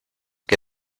que